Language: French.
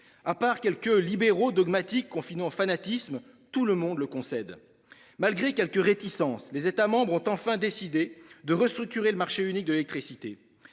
à part quelques libéraux dogmatiques confinant au fanatisme, tout le monde le concède ! Malgré quelques réticences, les États membres ont enfin décidé de restructurer le marché unique de l'électricité.